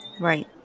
Right